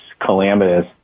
calamitous